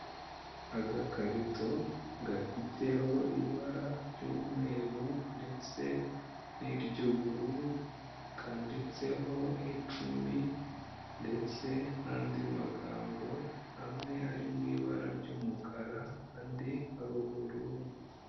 Agakarito gafiteho ibara ry'umweru ndetse n'iry'ubururu, kanditseho icumi ndetse n'andi magambo, amwe ari mu ibara ry'umukara, andi ari ubururu.